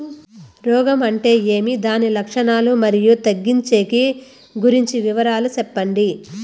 రోగం అంటే ఏమి దాని లక్షణాలు, మరియు తగ్గించేకి గురించి వివరాలు సెప్పండి?